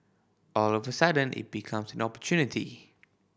all of a sudden it becomes an opportunity